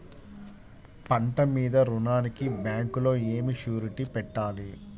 పంట మీద రుణానికి బ్యాంకులో ఏమి షూరిటీ పెట్టాలి?